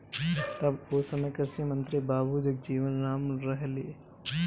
तब ओ समय कृषि मंत्री बाबू जगजीवन राम रहलें